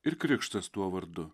ir krikštas tuo vardu